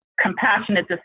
compassionate